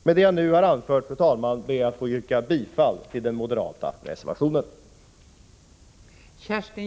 Med det jag nu har anfört, fru talman, ber jag att få yrka bifall till den moderata reservationen.